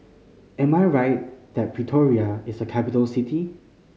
am I right that Pretoria is a capital city